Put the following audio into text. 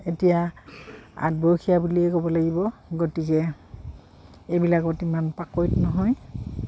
এতিয়া আদবয়সীয়া বুলিয়েই ক'ব লাগিব গতিকে এইবিলাকত ইমান পাকৈত নহয়